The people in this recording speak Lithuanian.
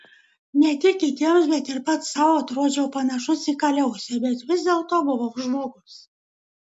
ne tik kitiems bet ir pats sau atrodžiau panašus į kaliausę bet vis dėlto buvau žmogus